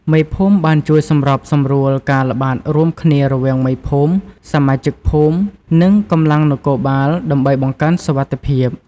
មេភូមិបានជួយសម្របសម្រួលការល្បាតរួមគ្នារវាងមេភូមិ សមាជិកភូមិ និងកម្លាំងនគរបាល ដើម្បីបង្កើនសុវត្ថិភាព។